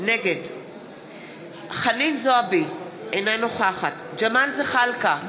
נגד חנין זועבי, אינה נוכחת ג'מאל זחאלקה,